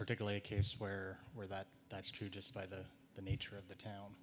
particularly a case where where that that's true just by the nature of the town